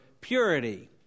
purity